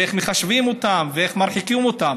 ואיך מחשבים אותן ואיך מרחיקים אותם.